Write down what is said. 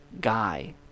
guy